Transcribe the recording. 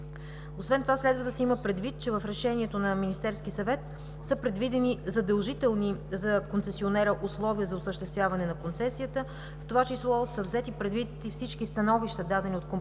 Освен това следва да се има предвид, че в решението на Министерския съвет са предвидени задължителни за концесионера условия за осъществяване на концесията, в това число са взети предвид и всички становища, дадени от компетентните